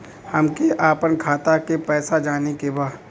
हमके आपन खाता के पैसा जाने के बा